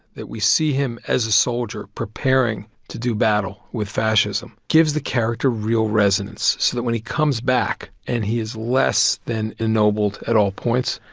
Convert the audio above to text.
that we see him as a soldier preparing to do battle with fascism, gives the character real resonance, that when he comes back and he is less than ennobled at all points,